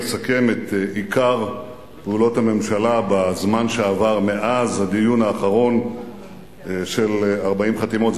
לסכם את עיקר פעולות הממשלה בזמן שעבר מאז הדיון האחרון של 40 חתימות.